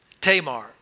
Tamar